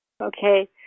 Okay